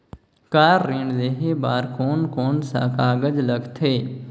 Car ऋण लेहे बार कोन कोन सा कागज़ लगथे?